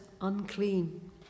unclean